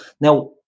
Now